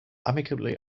amicably